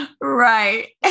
Right